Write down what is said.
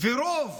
ורוב